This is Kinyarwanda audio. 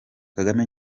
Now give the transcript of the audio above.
kagame